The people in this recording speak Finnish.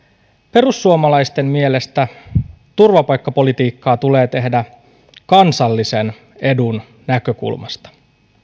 perussuomalaisten mielestä turvapaikkapolitiikkaa tulee tehdä kansallisen edun näkökulmasta